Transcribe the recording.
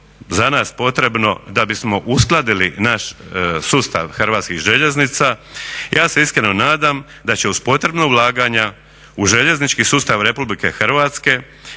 za nas potrebno da bismo uskladili naš sustav Hrvatskih željeznica ja se iskreno nadam da će uz potrebna ulaganja u željeznički sustav Republike Hrvatske